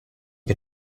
can